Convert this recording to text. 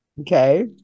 Okay